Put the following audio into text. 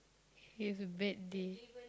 he has a bad day